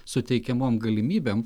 suteikiamom galimybėm